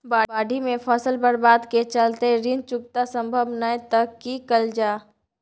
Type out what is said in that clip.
बाढि में फसल बर्बाद के चलते ऋण चुकता सम्भव नय त की कैल जा?